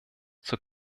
zur